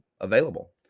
available